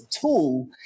tool